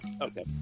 Okay